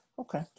Okay